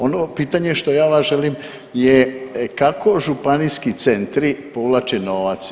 Ono pitanje što ja vas želim je kako županijski centri povlače novac?